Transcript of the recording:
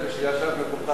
כשישב במקומך,